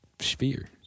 sphere